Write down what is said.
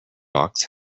box